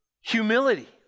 humility